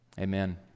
amen